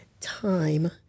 time